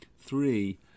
three